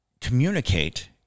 communicate